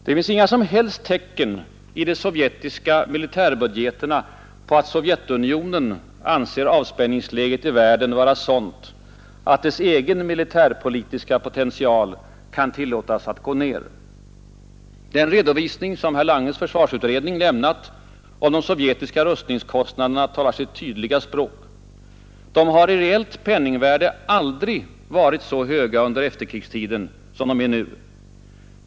Det finns inga som helst tecken i de sovjetiska militärbudgeterna på att Sovjetunionen anser avspänningsläget i världen vara sådant, att dess egen militärpolitiska potential kan tillåtas att gå ned. Den redovisning som herr Langes försvarsutredning lämnat om de sovjetiska rustningskostnaderna talar sitt tydliga språk. De har i reellt penningvärde aldrig varit så höga under efterkrigstiden som de är nu.